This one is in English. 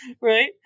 Right